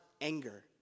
anger